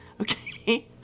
Okay